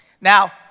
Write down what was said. Now